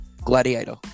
Gladiator